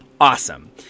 Awesome